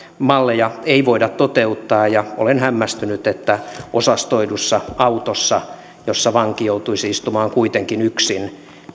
malleja ei voida toteuttaa ja olen hämmästynyt että kuljettaminen osastoidussa autossa jossa vanki joutuisi istumaan kuitenkin yksin